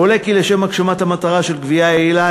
עולה כי לשם הגשמת המטרה של גבייה יעילה